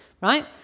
right